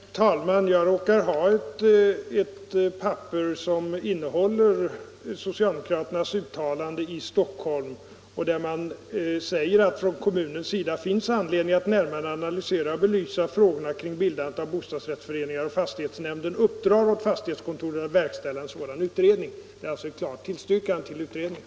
Herr talman! Jag råkar ha ett papper som innehåller socialdemokraternas uttalande i Stockholm. Där anförs att det finns anledning att från kommunens sida närmare analysera och belysa frågorna kring bildandet av bostadsrättsföreningar och att fastighetsnämnden uppdrar åt fastighetskontoret att verkställa en sådan utredning. Det är alltså ett klart tillstyrkande av utredningen.